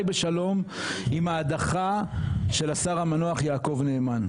בשלום עם ההדחה של השר המנוח יעקב נאמן.